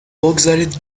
بگذارید